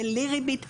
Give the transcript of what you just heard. בלי ריבית,